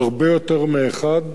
הרבה יותר מאחד,